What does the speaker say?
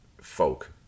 folk